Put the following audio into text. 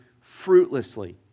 fruitlessly